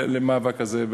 במאבק הזה.